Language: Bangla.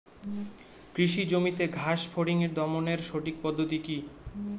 কৃষি জমিতে ঘাস ফরিঙ দমনের সঠিক পদ্ধতি কি?